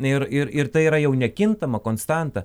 ir ir ir tai yra jau nekintama konstanta